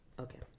Okay